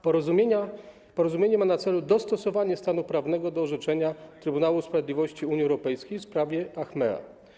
Porozumienie ma na celu dostosowanie stanu prawnego do orzeczenia Trybunału Sprawiedliwości Unii Europejskiej w sprawie Achmea.